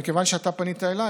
מכיוון שאתה פנית אליי,